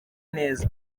neza